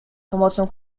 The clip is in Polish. pomocą